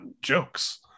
jokes